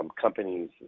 companies